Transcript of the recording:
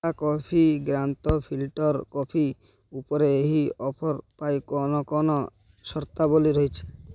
Tata coffee grand filter coffee ଉପରେ ଏହି offer ପାଇଁ କ'ଣ କ'ଣ ସର୍ତ୍ତାବଳୀ ରହିଛି